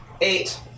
Eight